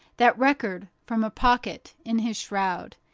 that record from a pocket in his shroud.